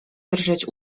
drżeć